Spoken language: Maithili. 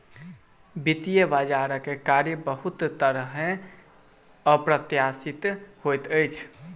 वित्तीय बजारक कार्य बहुत तरहेँ अप्रत्याशित होइत अछि